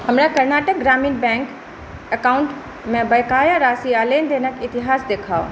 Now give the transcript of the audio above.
हमरा कर्नाटक ग्रामीण bank account मे बकाया राशि आ लेनदेनक इतिहास देखाउ